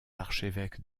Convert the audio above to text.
archevêques